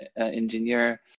engineer